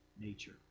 nature